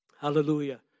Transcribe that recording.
Hallelujah